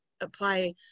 apply